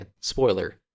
Spoiler